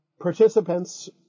participants